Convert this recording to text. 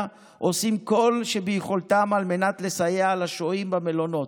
עושים כל שביכולתם על מנת לסייע לשוהים במלונות.